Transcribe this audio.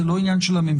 הם לא עניין של הממשלה?